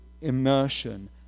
immersion